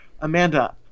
Amanda